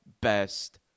best